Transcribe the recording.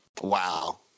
Wow